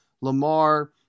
Lamar